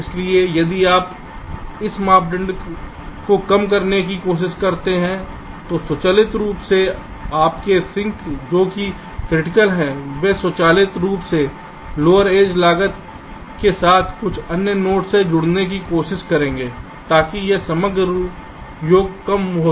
इसलिए यदि आप इस मानदंड को कम करने की कोशिश करते हैं तो स्वचालित रूप से आपके सिंक जो कि क्रिटिकल हैं वे स्वचालित रूप से लोअर एज लागत के साथ कुछ अन्य नोड से जुड़ने की कोशिश करेंगे ताकि यह समग्र योग कम से कम हो